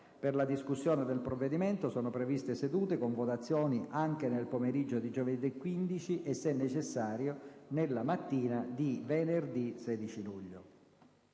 Per la discussione del provvedimento sono previste sedute con votazioni anche nel pomeriggio di giovedì 15 e, se necessario, nella mattina di venerdì 16 luglio.